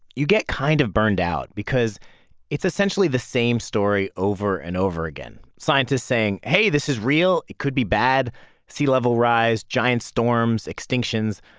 you get kind of burned out because it's essentially the same story over and over again. scientists saying, hey, this is real. it could be bad sea level rise, giant storms, extinctions.